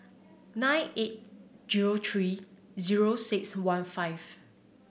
nine eight zero three zero six one five